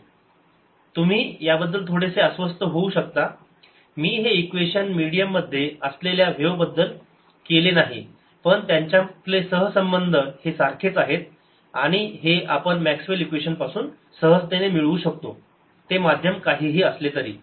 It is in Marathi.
BI BRBT EIv1 ERv1ETv2 तुम्ही याबद्दल थोडेसे अस्वस्थ होऊ शकता मी हे इक्वेशन मिडीयम मध्ये असलेल्या व्हेव बद्दल केले नाही पण त्यांच्यातले सहसंबंध हे सारखेच आहेत आणि हे आपण मॅक्सवेल इक्वेशन्स लिहून सहजतेने मिळू शकतो ते माध्यम काहीही असले तरी